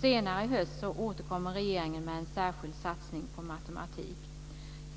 Senare i höst återkommer regeringen med en särskild satsning på matematik.